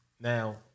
now